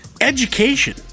Education